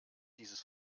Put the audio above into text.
dieses